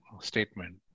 Statement